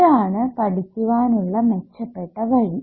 ഇതാണ് പഠിക്കുവാനുള്ള മെച്ചപ്പെട്ട വഴി